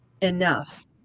enough